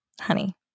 honey